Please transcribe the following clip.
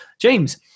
James